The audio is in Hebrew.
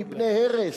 מפני הרס.